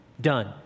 Done